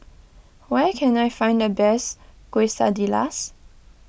where can I find the best Quesadillas